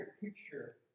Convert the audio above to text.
picture